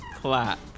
Clap